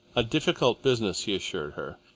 a difficult business, he assured her.